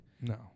no